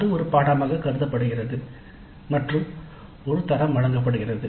அது ஒரு பாடநெறி ஆக கருதப்படுகிறது மற்றும் ஒரு தரம் வழங்கப்படுகிறது